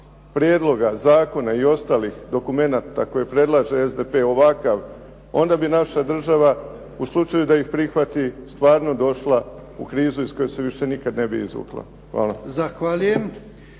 prijedloga zakona i ostalih dokumenata koje predlaže SDP ovakav, onda bi naša država u slučaju da ih prihvati stvarno došla u krizu iz koje se više nikad ne bi izvukla. Hvala.